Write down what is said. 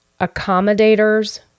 accommodators